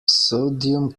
sodium